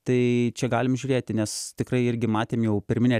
tai čia galim žiūrėti nes tikrai irgi matėm jau pirminę